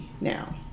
now